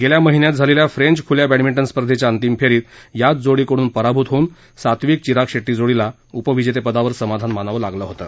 गेल्या महिन्यात झालेल्या फ्रेंच खुल्या बॅडमिंटन स्पर्धेच्या अंतिम फेरीत याच जोडीकडून पराभूत होऊन सात्विक साईराज चिराग शेट्टी जोडीला उपविजेतेपदावर समाधान मानावं लागलं होतं